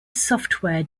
software